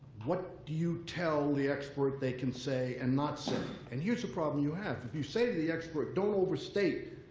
what do you tell the expert they can say and not say? and here's the problem you have. if you say to the expert, don't overstate,